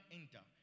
enter